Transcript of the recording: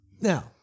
Now